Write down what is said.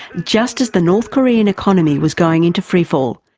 just as the north korean economy was going into freefall.